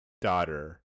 daughter